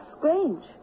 Grange